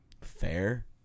fair